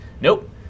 nope